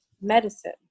medicine